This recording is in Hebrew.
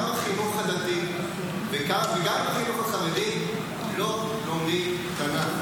גם בחינוך הדתי וגם בחינוך החרדי לא לומדים תנ"ך,